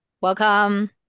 Welcome